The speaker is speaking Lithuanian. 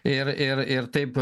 ir ir ir taip